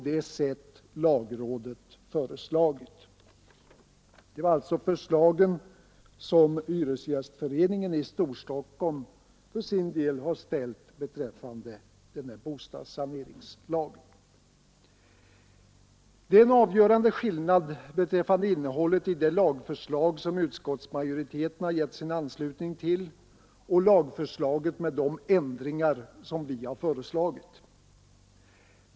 Det är en avgörande skillnad mellan innehållet i det lagförslag som utskottsmajoriteten gett sin anslutning till och lagförslaget med de ändringar vi påyrkat.